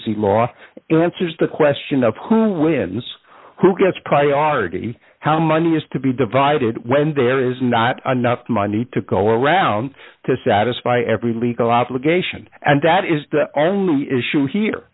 y law answers the question of who wins who gets priority how money is to be divided when there is not enough money to go around to satisfy every legal obligation and that is the issue here